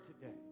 today